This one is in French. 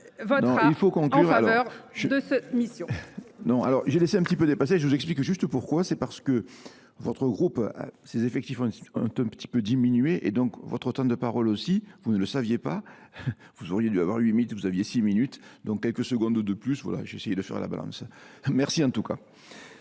Il faut conclure,